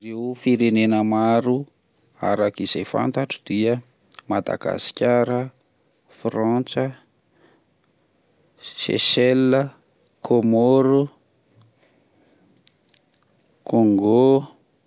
Ireo firenena maro arak'izay fantantro dia: Madagasikara, Frantsa, Syechelles ,Comore, Congo.